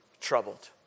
Troubled